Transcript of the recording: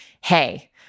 hey